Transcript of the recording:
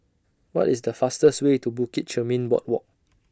What IS The fastest Way to Bukit Chermin Boardwalk